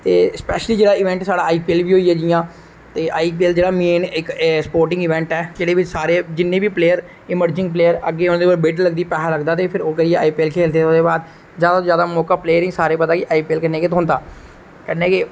ते स्पेशली जेहड़ा ईवेंट जेहड़ा आईपीएल होई गेआ जियां ते आईपीएल जेहड़ा मेन इक स्पोर्टिंग इविंट ऐ जेहदे बिच सारे जने बी प्लेयर इमरजिंग प्लेयर अग्गै औंदे और बिडस लगदी पैसा लगदा ते फिर ओह् जेइये आई पीएल खेलदे ओहदे बाद ज्यादा तू ज्यादा मौका ओह् प्लेयर गी सारे गी पता गै ओह् आइपीएल कन्ने गै थ्होंदा कन्नै गै